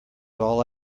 all